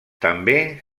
també